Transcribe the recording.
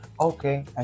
Okay